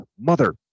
mother